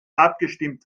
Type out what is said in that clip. abgestimmt